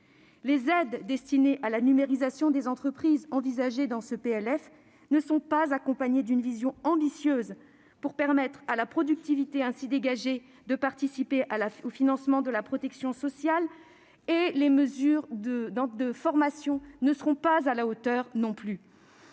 Les aides destinées à la numérisation des entreprises envisagées dans ce PLF ne sont pas accompagnées d'une vision ambitieuse pour permettre à la productivité ainsi dégagée de participer au financement de la protection sociale. Les mesures de formation ne seront pas non plus